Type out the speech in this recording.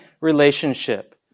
relationship